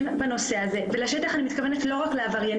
בנושא הזה ולשטח אני לא מתכוונת רק לעבריינים,